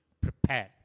prepared